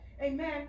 Amen